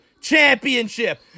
Championship